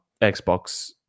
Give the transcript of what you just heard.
Xbox